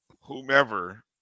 whomever